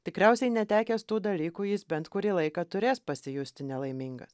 tikriausiai netekęs tų dalykų jis bent kurį laiką turės pasijusti nelaimingas